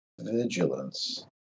vigilance